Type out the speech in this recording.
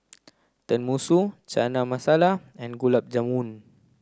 Tenmusu Chana Masala and Gulab Jamun